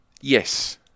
Yes